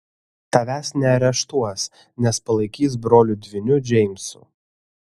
tavęs neareštuos nes palaikys broliu dvyniu džeimsu